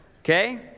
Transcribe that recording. Okay